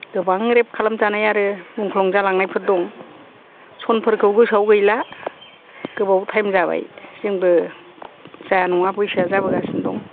गोबां रेप खालामजानाय आरो मुख्लं जालांनायफोर दं सनफोरखौ गोसोआव गैला गोबाव थायम जाबाय जोंबो जाया नङा बैसोआ जाबोगासिनो दं